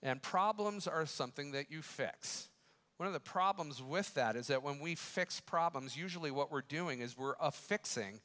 and problems are something that you fix one of the problems with that is that when we fix problems usually what we're doing is we're fixing